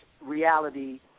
reality